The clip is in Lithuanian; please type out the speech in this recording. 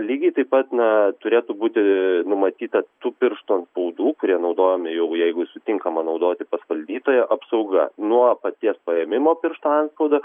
lygiai taip pat na turėtų būti numatyta tų pirštų antspaudų kurie naudojami jau jeigu sutinkama naudoti pas valdytoją apsauga nuo paties paėmimo piršto antspaudo